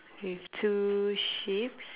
with two sheeps